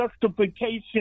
justification